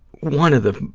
one of the,